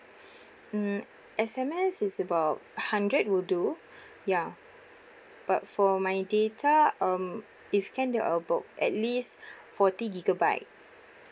mm S_M_S is about a hundred will do ya but for my data um if can then about at least forty gigabyte